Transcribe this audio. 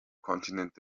kontinent